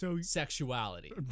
sexuality